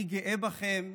אני גאה בכם.